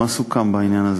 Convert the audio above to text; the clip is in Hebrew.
מה סוכם בעניין הזה?